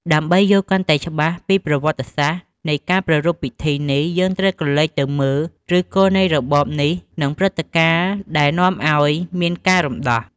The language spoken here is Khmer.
ដើម្បីយល់កាន់តែច្បាស់ពីប្រវត្តិនៃការប្រារព្ធពិធីនេះ យើងត្រូវក្រឡេកទៅមើលឫសគល់នៃរបបនេះ និងព្រឹត្តិការណ៍ដែលនាំឲ្យមានការរំដោះ។